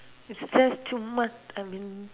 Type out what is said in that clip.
is just too much I mean